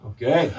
Okay